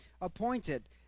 appointed